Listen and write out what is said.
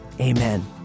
amen